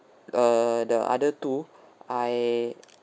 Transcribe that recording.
uh the other two I